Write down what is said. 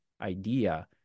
idea